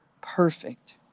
perfect